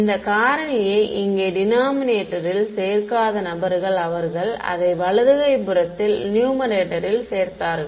இந்த காரணியை இங்கே டினாமினேட்டரில் சேர்க்காத நபர்கள் அவர்கள் அதை வலது கை புறத்தில் நியூமெரேட்டரில் சேர்த்தார்கள்